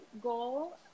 goal